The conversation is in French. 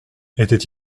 était